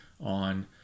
on